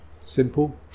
simple